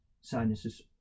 sinuses